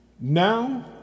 Now